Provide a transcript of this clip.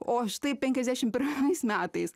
o štai penkiasdešimt pirmais metais